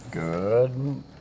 Good